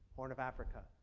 horn of africa,